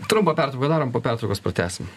trumpą pertrauką padarom po pertraukos pratęsim